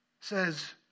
says